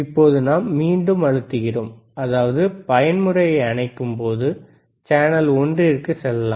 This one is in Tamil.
இப்போது நாம் மீண்டும் அழுத்துகிறோம் அதாவது பயன்முறையை அணைக்கும்போது சேனல் ஒன்றிற்குச் செல்லலாம்